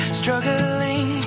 struggling